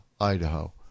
Idaho